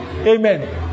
Amen